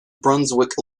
brunswick